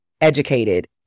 educated